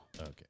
Okay